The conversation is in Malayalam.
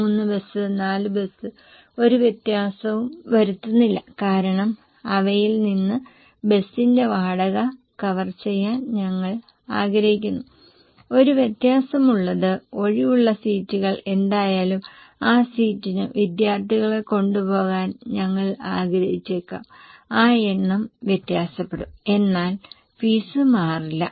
3 ബസ് 4 ബസ് ഒരു വ്യത്യാസവും വരുത്തുന്നില്ല കാരണം അവയിൽ നിന്ന് ബസിന്റെ വാടക കവർ ചെയ്യാൻ ഞങ്ങൾ ആഗ്രഹിക്കുന്നില്ല ഒരു വ്യത്യാസം ഉള്ളത് ഒഴിവുള്ള സീറ്റുകൾ എന്തായാലും ആ സീറ്റിനു വിദ്യാർത്ഥികളെ കൊണ്ടുപോകാൻ ഞങ്ങൾ ആഗ്രഹിച്ചേക്കാം ആ എണ്ണം വ്യത്യാസപ്പെടാം എന്നാൽ ഫീസ് മാറില്ല